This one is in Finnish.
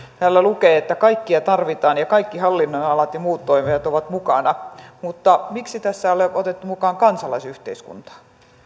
täällä lukee että kaikkia tarvitaan ja kaikki hallinnonalat ja muut toimijat ovat mukana mutta miksi tässä ei ole otettu mukaan kansalaisyhteiskuntaa